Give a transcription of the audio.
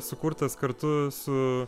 sukurtas kartu su